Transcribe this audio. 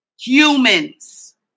humans